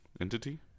Entity